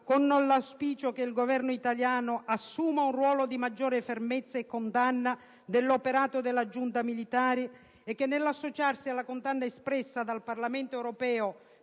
con l'auspicio che il Governo italiano assuma un ruolo di maggiore fermezza e condanna dell'operato della giunta militare e che, nell'associarsi alla condanna espressa dal Parlamento europeo